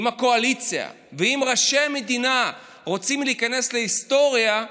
אם הקואליציה ואם ראשי המדינה רוצים להיכנס להיסטוריה,